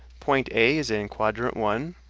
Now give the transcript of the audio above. point a is in quadrant one,